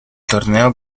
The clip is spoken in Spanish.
torneo